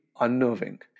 unnerving